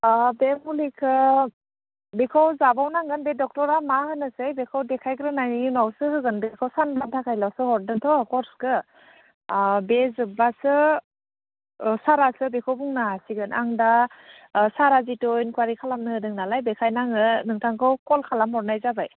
अह बे मुलिखो बेखौ जाबावनांगोन बे डक्टरा मा होनोसै बेखौ देखायग्रोनायनि उनावसो होगोन बेखौ सानबानि थाखायल'सो हरदोंथ' कर्सखौ बे जोबबासो सारआसो बेखौ बुंनो हासिगोन आं दा सारा जितु इनकुवारि खालामनो होदों नालाय बेखायनो आङो नोंथांखौ कल खालामहरनाय जाबाय